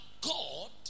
God